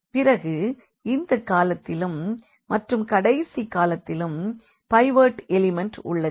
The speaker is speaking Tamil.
பிறகு இந்த காலத்திலும் மற்றும் கடைசி காலத்திலும் பைவோட் எலிமண்ட் உள்ளது